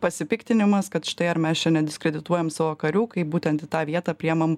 pasipiktinimas kad štai ar mes čia nediskredituojam savo karių kai būtent į tą vietą priemam